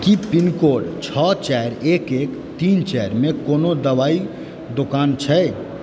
की pin code छओ चारि एक एक तीन चारिमे कोनो दवाइ दोकान छै